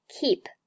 Keep